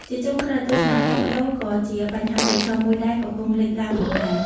ជាចុងក្រោយ ទស្សនៈផ្លាស់ប្ដូរ ក៏ជាបញ្ហាប្រឈមមួយដែលកំពុងលេចឡើងផងដែរ។